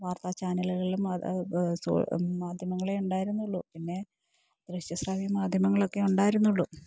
വാർത്താ ചാനലുകളിലും മാധ്യമങ്ങളേ ഉണ്ടായിരുന്നുള്ളു പിന്നെ ദൃശ്യശ്രാവ്യ മാധ്യമങ്ങളൊക്കെയേ ഉണ്ടായിരുന്നുള്ളൂ